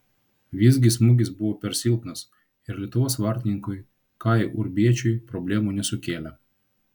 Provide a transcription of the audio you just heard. visgi smūgis buvo per silpnas ir lietuvos vartininkui kajui urbiečiui problemų nesukėlė